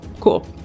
cool